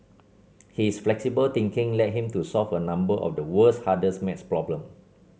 his flexible thinking led him to solve a number of the world's hardest maths problem